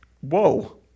whoa